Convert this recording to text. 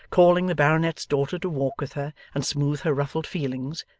calling the baronet's daughter to walk with her and smooth her ruffled feelings,